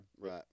right